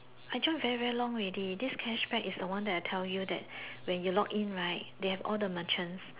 I join very very long already this cashback is the one I tell you that when you log in right they have all the merchants